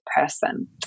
person